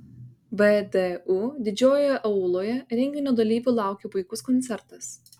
vdu didžiojoje auloje renginio dalyvių laukė puikus koncertas